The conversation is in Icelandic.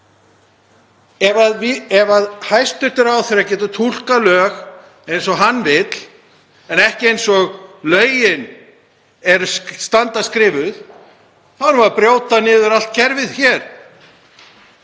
Ef hæstv. ráðherra getur túlkað lög eins og hann vill en ekki eins og lögin standa skrifuð þá erum við að brjóta niður allt kerfið hér.